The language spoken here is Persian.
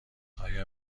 آیا